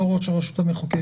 הוא לא ראש הרשות המחוקקת.